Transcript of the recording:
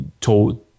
told